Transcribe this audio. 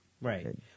Right